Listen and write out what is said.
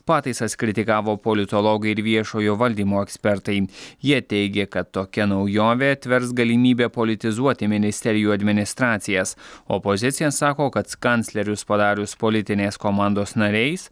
pataisas kritikavo politologai ir viešojo valdymo ekspertai jie teigė kad tokia naujovė atvers galimybę politizuoti ministerijų administracijas opozicija sako kad kanclerius padarius politinės komandos nariais